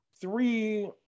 three